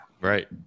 Right